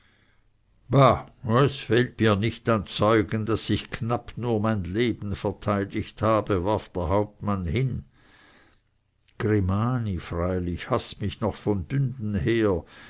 es fehlt mir nicht an zeugen daß ich knapp nur mein leben verteidigt habe warf der hauptmann hin grimani freilich haßt mich noch von bünden her